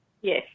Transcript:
yes